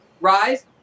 rise